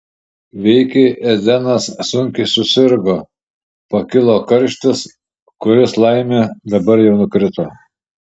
veikiai edenas sunkiai susirgo pakilo karštis kuris laimė dabar jau nukrito